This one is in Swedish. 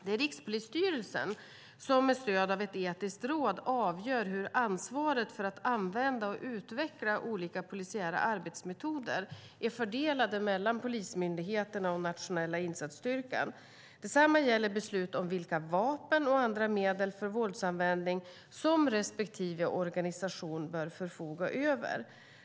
Det är Rikspolisstyrelsen som med stöd av ett etiskt råd avgör hur ansvaret för att använda och utveckla olika polisiära arbetsmetoder är fördelade mellan polismyndigheterna och Nationella insatsstyrkan. Detsamma gäller beslut om vilka vapen och andra medel för våldsanvändning som respektive organisation bör förfoga över.